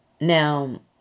Now